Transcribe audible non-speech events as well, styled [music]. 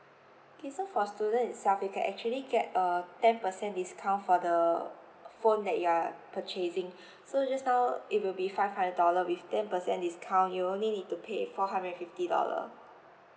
okay so for student itself you can actually get a ten percent discount for the phone that you are purchasing [breath] so just now it will be five hundred dollar with ten percent discount you'll only need to pay four hundred and fifty dollar